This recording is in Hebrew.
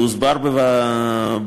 והוסבר בדיונים בוועדה,